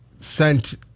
sent